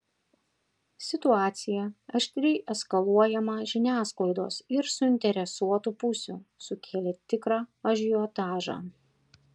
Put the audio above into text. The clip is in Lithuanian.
situacija aštriai eskaluojama žiniasklaidos ir suinteresuotų pusių sukėlė tikrą ažiotažą